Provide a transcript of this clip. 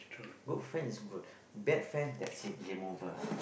good friends is good bad friends that's it game over